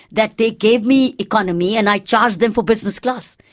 that they gave me economy and i charged them for business class.